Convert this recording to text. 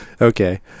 Okay